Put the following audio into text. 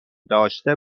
داشته